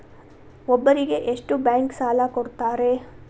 ಒಬ್ಬರಿಗೆ ಎಷ್ಟು ಬ್ಯಾಂಕ್ ಸಾಲ ಕೊಡ್ತಾರೆ?